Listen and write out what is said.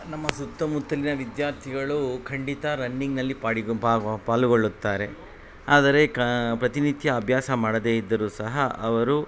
ನಮ್ಮ ಸುತ್ತಮುತ್ತಲಿನ ವಿದ್ಯಾರ್ಥಿಗಳು ಖಂಡಿತ ರನ್ನಿಂಗ್ನಲ್ಲಿ ಪಾಡಿ ಪಾಲುಗೊಳ್ಳುತ್ತಾರೆ ಆದರೆ ಕಾ ಪ್ರತಿನಿತ್ಯ ಅಭ್ಯಾಸ ಮಾಡದೇ ಇದ್ದರು ಸಹ ಅವರು